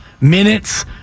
minutes